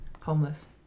Homeless